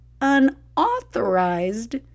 unauthorized